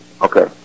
Okay